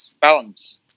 balance